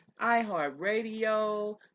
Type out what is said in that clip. iHeartRadio